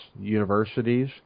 universities